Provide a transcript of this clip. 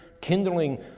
kindling